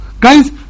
guys